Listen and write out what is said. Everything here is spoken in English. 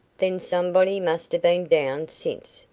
then somebody must have been down since,